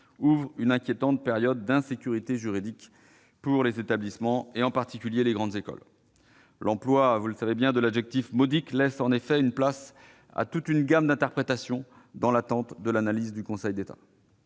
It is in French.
ouvre une inquiétante période d'insécurité juridique pour les établissements, en particulier les grandes écoles. L'emploi de l'adjectif « modique » laisse en effet la place à toute une gamme d'interprétations, dans l'attente de l'analyse du Conseil d'État.